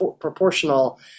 proportional